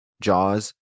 Jaws